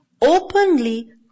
openly